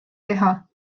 keha